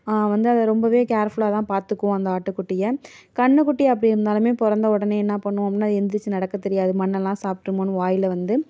வந்து அதை ரொம்பவே கேர் ஃபுல்லாகதான் பார்த்துக்குவோம் அந்த ஆட்டுக்குட்டியை கன்னுக்குட்டியை அப்படி இருந்தாலுமே பிறந்த உடனே என்ன பண்ணுவோம் அப்பட்னா அது எந்திரித்து நடக்க தெரியாது மண்ணெலாம் சாப்பிட்ருமோன்னு வாயில் வந்து